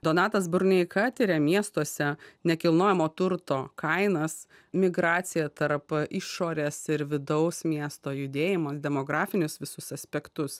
donatas burneika tiria miestuose nekilnojamo turto kainas migraciją tarp išorės ir vidaus miesto judėjimas demografinius visus aspektus